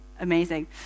Amazing